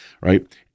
right